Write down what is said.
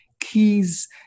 keys